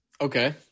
Okay